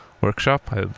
workshop